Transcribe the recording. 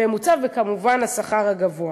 וכמובן השכר גבוה.